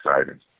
exciting